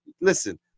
listen